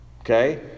Okay